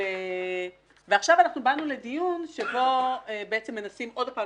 ועכשיו אנחנו באנו לדיון שבו מנסים עוד פעם